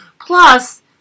Plus